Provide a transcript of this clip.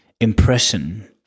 impression